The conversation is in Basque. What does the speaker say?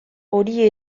hori